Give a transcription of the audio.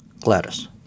Gladys